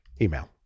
email